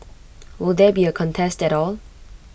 will there be A contest at all